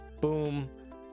boom